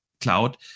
cloud